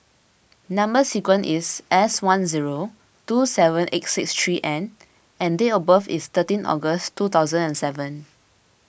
Number Sequence is S one zero two seven eight six three N and date of birth is thirteen August two thousand and seven